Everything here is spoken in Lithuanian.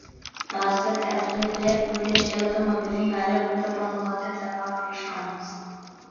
pasak ftb būtent šie automobiliai gali būti panaudoti teroro išpuoliams